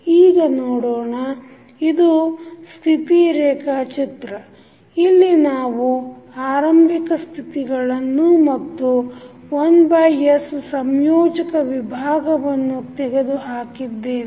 ಈಗ ನೋಡೋಣ ಇದು ಸ್ಥಿತಿ ರೇಖಾಚಿತ್ರ ಇಲ್ಲಿ ನಾವು ಆರಂಭಿಕ ಸ್ಥಿತಿಗಳನ್ನು ಮತ್ತು 1s ಸಂಯೋಜಕ ವಿಭಾಗವನ್ನು ತೆಗೆದು ಹಾಕಿದ್ದೇವೆ